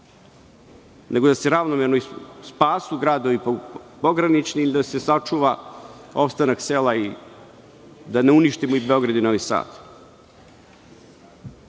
nego da se ravnomerno spasu pogranični gradovi ili da se sačuva ostanak sela i da ne uništimo i Beograd i Novi